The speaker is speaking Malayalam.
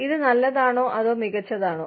ഇത് നല്ലതാണോ അതോ മികച്ചതാണോ